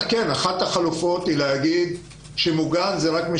אחת החלופות היא להגיד שמוגן זה רק מי